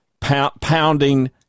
pounding